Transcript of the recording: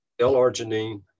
L-arginine